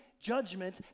judgment